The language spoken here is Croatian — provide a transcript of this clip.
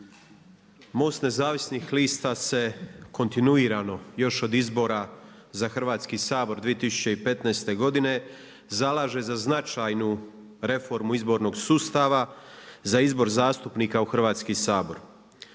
MOST Nezavisnih lista se kontinuirano još od izbora za Hrvatski sabor 2015. godine zalaže za značajnu reformu izbornog sustava, za izbor zastupnika u Hrvatski sabor.